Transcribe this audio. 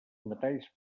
metalls